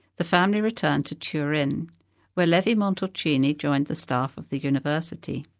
the family returned to turin where levi-montalcini joined the staff of the university.